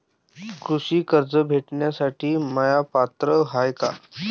कृषी कर्ज भेटासाठी म्या पात्र हाय का?